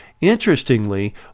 Interestingly